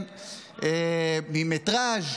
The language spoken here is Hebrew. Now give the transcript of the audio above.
ממטרז',